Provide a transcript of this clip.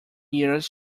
years